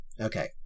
Okay